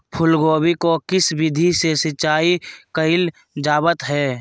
फूलगोभी को किस विधि से सिंचाई कईल जावत हैं?